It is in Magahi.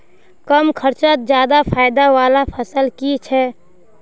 कम खर्चोत ज्यादा फायदा वाला फसल की छे?